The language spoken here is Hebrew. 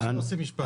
חברי הכנסת,